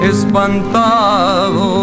Espantado